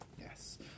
yes